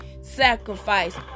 sacrifice